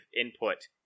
input